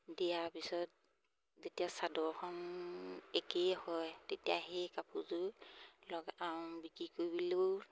দিয়াৰ পিছত যেতিয়া চাদৰখন একেই হয় তেতিয়া সেই কাপোৰযোৰ লগাই বিকি কৰিবলৈও